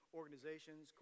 organizations